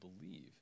believe